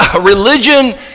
Religion